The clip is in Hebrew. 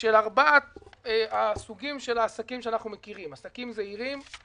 של ארבעת הסוגים של העסקים שאנחנו מכירים: עסקים זעירים,